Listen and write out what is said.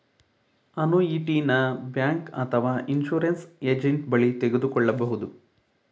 ಅನುಯಿಟಿಯನ bank ಅಥವಾ insurance agent ಬಳಿ ತೆಗೆದುಕೊಳ್ಳಬಹುದು